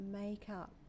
makeup